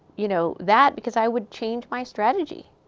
you know that. because i would change my strategy,